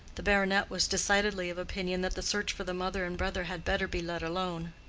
the baronet was decidedly of opinion that the search for the mother and brother had better be let alone.